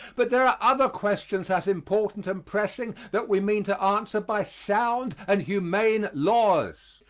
but there are other questions as important and pressing that we mean to answer by sound and humane laws.